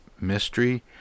Mystery